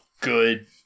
good